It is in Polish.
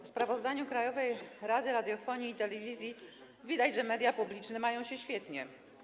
W sprawozdaniu Krajowej Rady Radiofonii i Telewizji widać, że media publiczne mają się świetnie.